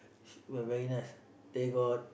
but very nice they got